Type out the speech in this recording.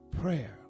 prayer